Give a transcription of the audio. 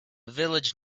village